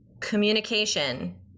communication